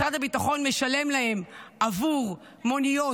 משרד הביטחון משלם להם עבור מוניות